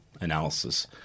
analysis